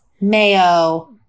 mayo